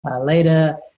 later